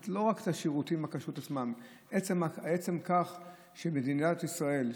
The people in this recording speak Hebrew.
זה לא רק השירותים עצמם אלא עצם כך שבמדינת ישראל,